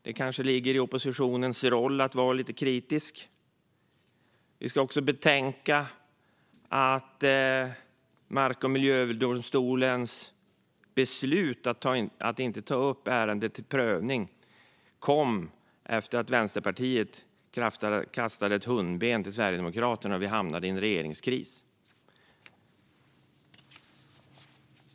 Det kanske ligger i oppositionens roll att vara lite kritisk. Vi ska också betänka att Mark och miljööverdomstolens beslut att inte ta upp ärendet till prövning kom efter att Vänsterpartiet kastat ett hundben till Sverigedemokraterna och vi hamnade i en regeringskris.